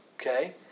okay